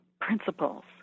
principles